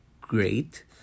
great